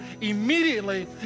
immediately